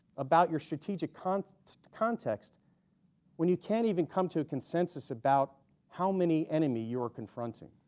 about your strategic context context when you can't even come to a consensus about how many enemy you're confronting.